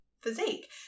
physique